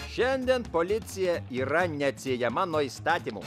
šiandien policija yra neatsiejama nuo įstatymų